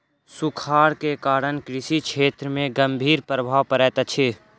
सूखाड़ के कारण कृषि क्षेत्र में गंभीर प्रभाव पड़ैत अछि